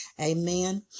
amen